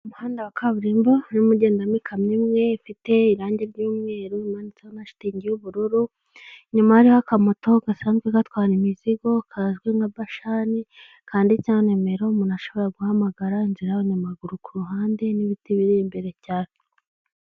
Umuhanda wa kaburimbo urimo umugendamo ikamyo imwe imfite irangi ry'umweru manitseho amashiting y'ubururu, inyuma harikamoto gasanzwe gatwara imizigo kazwi nka bashani kandi cyane nimero umuntu ashobora guhamagara inzira y'abanyamaguru k'uruhande n'ibiti biri imbere cyane.